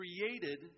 created